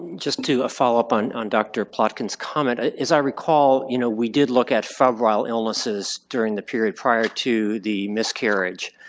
just to follow up on on dr. plotkin's comment, ah as i recall you know, we did look at febrile illnesses during the period prior to the miscarriage.